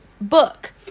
book